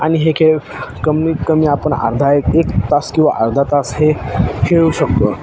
आणि हे खेळ कमीत कमी आपण अर्धा एक एक तास किंवा अर्धा तास हे खेळू शकतो